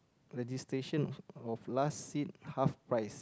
registration of of last seat half price